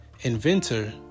inventor